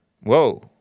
Whoa